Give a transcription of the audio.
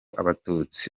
abatutsi